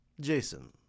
Jason